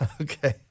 Okay